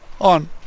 on